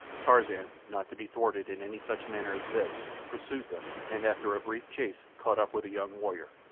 tarzan, not to be thwarted in any such manner as this, pursued them, and after a brief chase caught up with a young warrior.